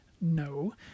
No